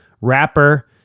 rapper